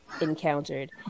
encountered